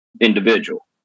individual